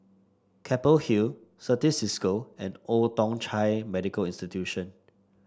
Keppel Hill Certis Cisco and Old Thong Chai Medical Institution